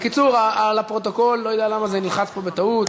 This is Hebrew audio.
בקיצור, לפרוטוקול, לא יודע למה זה נלחץ פה בטעות.